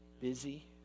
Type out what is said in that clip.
busy